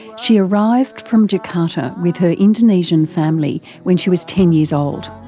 she arrived from jakarta with her indonesian family when she was ten years old.